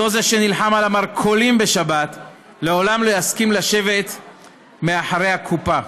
אותו זה שנלחם על המרכולים בשבת לעולם לא יסכים לשבת מאחורי הקופה.